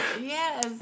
Yes